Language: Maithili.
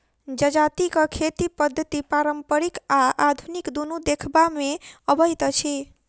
जजातिक खेती पद्धति पारंपरिक आ आधुनिक दुनू देखबा मे अबैत अछि